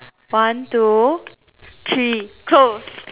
one two three close